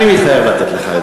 אני מתחייב לתת לך.